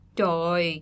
Trời